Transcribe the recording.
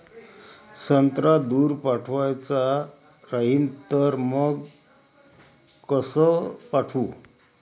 संत्रा दूर पाठवायचा राहिन तर मंग कस पाठवू?